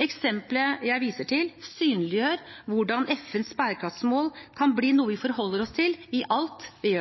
Eksempelet jeg viser til, synliggjør hvordan FNs bærekraftsmål kan bli noe vi forholder oss til i alt vi